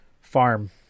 farm